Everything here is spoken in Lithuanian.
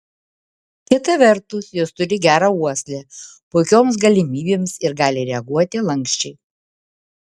kita vertus jos turi gerą uoslę puikioms galimybėms ir gali reaguoti lanksčiai